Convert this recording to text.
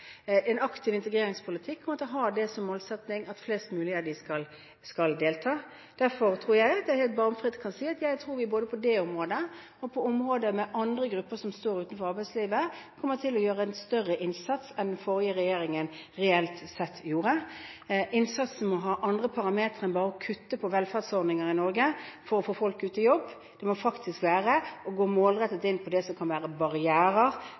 En aktiv integreringspolitikk har som målsetting at flest mulig av dem skal delta. Derfor tror jeg at jeg helt bramfritt kan si at vi både på det området og på områder som gjelder andre grupper som står utenfor arbeidslivet, kommer til å gjøre en større innsats enn den forrige regjeringen reelt sett gjorde. Innsatsen må ha andre parametere enn bare å kutte på velferdsordninger i Norge for å få folk ut i jobb – det må faktisk være å gå målrettet inn på det som kan være barrierer